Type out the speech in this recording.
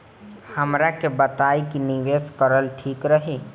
हमरा के बताई की निवेश करल ठीक रही?